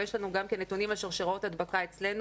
ויש לנו גם כן נתונים על שרשראות הדבקה אצלנו,